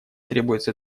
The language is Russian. требуется